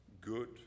good